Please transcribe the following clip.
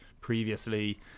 previously